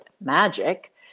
magic